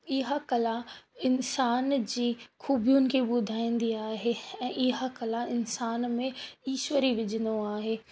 इहा कला इंसान जी ख़ूबियुनि खे ॿुधाईंदी आहे ऐं इहा कला इंसान में ईश्वर ई विझंदो आहे